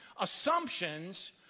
Assumptions